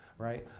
right,